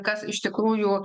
kas iš tikrųjų